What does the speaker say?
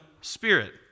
spirit